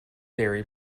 dairy